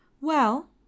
Well